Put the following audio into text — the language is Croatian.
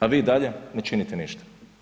A vi i dalje ne činite ništa.